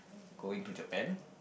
going to Japan